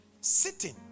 Sitting